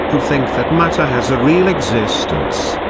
who think that matter has a real existence,